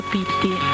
Pitti